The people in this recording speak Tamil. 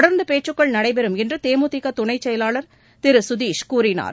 தொடர்ந்து பேச்சுக்கள் நடைபெறும் என்று தேமுதிக துணைச் செயலாளர் திரு சுதீஷ் கூறினார்